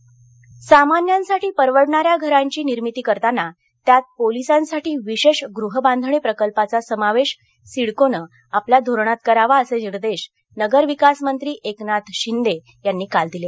घरे सामान्यांसाठी परवडणाऱ्या घरांची निर्मिती करतांना त्यात पोलिसांसाठी विशेष गृहबांधणी प्रकल्पांचा समावेश सिडकोने आपल्या धोरणात करावा असे निर्देश नगरविकास मंत्री एकनाथ शिंदे यांनी काल दिले